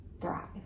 thrive